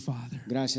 Father